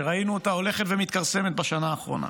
שראינו אותה הולכת ומתכרסמת בשנה האחרונה.